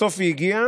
בסוף היא הגיעה.